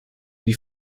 die